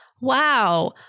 Wow